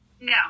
No